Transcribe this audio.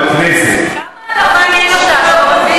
כמה אלפים ישוחררו?